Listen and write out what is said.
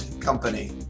company